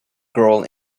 grohl